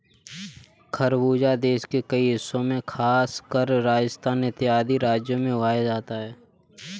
खरबूजा देश के कई हिस्सों में खासकर राजस्थान इत्यादि राज्यों में उगाया जाता है